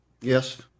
Yes